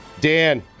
Dan